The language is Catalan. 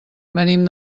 venim